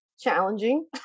challenging